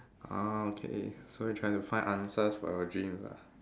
ah okay so you are trying to find answers for your dreams ah